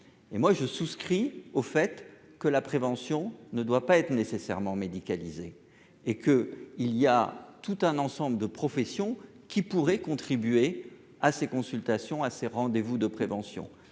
et moi je souscris au fait que la prévention ne doit pas être nécessairement médicalisé et que il y a tout un ensemble de professions qui pourraient contribuer à ces consultations à ses rendez-vous de prévention